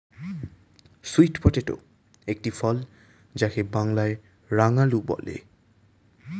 sweet potato একটি ফল যাকে বাংলায় রাঙালু বলে